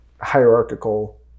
hierarchical